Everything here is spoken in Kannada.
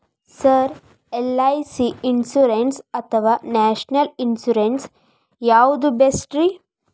ಸರ್ ಎಲ್.ಐ.ಸಿ ಇನ್ಶೂರೆನ್ಸ್ ಅಥವಾ ನ್ಯಾಷನಲ್ ಇನ್ಶೂರೆನ್ಸ್ ಯಾವುದು ಬೆಸ್ಟ್ರಿ?